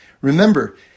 remember